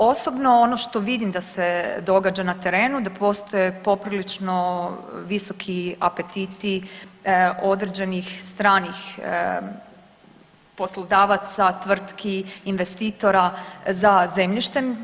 Osobno ono što vidim da se događa na terenu, da postoje poprilično visoki apetiti određenih stranih poslodavaca, tvrtki, investitora za zemljištem.